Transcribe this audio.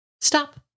stop